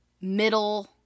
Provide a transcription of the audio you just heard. middle